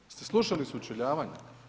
Jeste slušali sučeljavanje?